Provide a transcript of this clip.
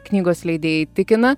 knygos leidėjai tikina